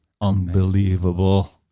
unbelievable